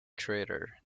crater